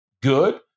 good